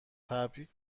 تبریک